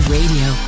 Radio